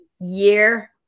year